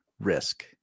risk